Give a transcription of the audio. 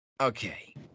Okay